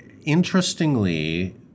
Interestingly